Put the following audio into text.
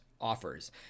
offers